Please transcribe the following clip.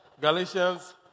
Galatians